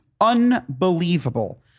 Unbelievable